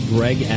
Greg